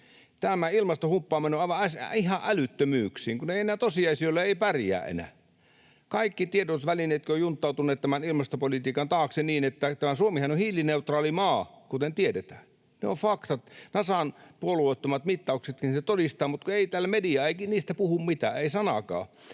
Tämä ilmastohumppa on mennyt ihan älyttömyyksiin, kun tosiasioilla ei pärjää enää. Kaikki tiedotusvälineetkin ovat junttautuneet tämän ilmastopolitiikan taakse. Suomihan on hiilineutraali maa, kuten tiedetään. Ne ovat faktat. Nasan puolueettomat mittauksetkin sen todistavat, mutta ei täällä media niistä puhu mitään, ei sanaakaan.